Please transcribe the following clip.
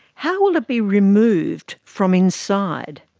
how will it be removed from inside?